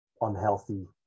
unhealthy